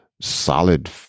solid